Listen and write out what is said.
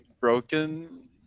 broken